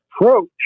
approach